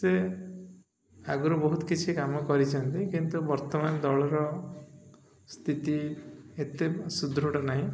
ସେ ଆଗରୁ ବହୁତ କିଛି କାମ କରିଛନ୍ତି କିନ୍ତୁ ବର୍ତ୍ତମାନ ଦଳର ସ୍ଥିତି ଏତେ ସୁଦୃଢ଼ ନାହିଁ